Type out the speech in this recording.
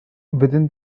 within